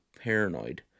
paranoid